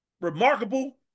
remarkable